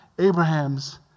Abraham's